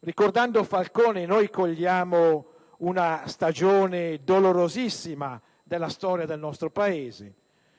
Ricordando Falcone, cogliamo una stagione dolorosissima della storia del nostro Paese,